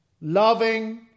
loving